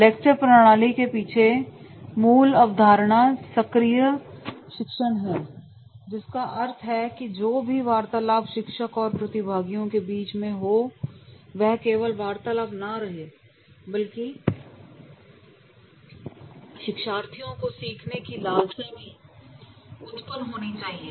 lecture प्रणाली के पीछे मूल अवधारणा सक्रिय शिक्षण है जिसका अर्थ है की जो भी वार्तालाप शिक्षक और प्रतिभागियों के बीच में हो वह केवल वार्तालाप ना रहे बल्कि शिक्षार्थियों को सीखने की लालसा भी उत्पन्न होनी चाहिए